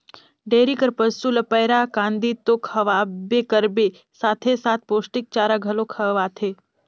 dairy कर पसू ल पैरा, कांदी तो खवाबे करबे साथे साथ पोस्टिक चारा घलो खवाथे